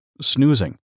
snoozing